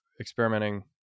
experimenting